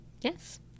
Yes